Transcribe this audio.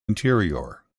interior